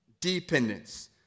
Dependence